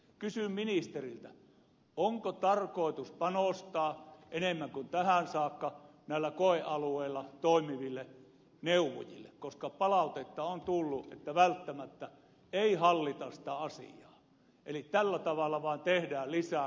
kysyn ministeriltä onko tarkoitus panostaa enemmän kuin tähän saakka näillä koealueilla toimiviin neuvojiin koska palautetta on tullut että välttämättä ei hallita sitä asiaa eli tällä tavalla vain tehdään lisää karhunpalvelusta